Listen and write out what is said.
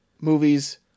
movies